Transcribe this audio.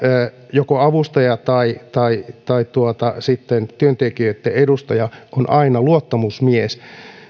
joko avustaja tai tai sitten työntekijöitten edustaja on aina luottamusmies